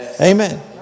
Amen